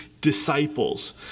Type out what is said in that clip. disciples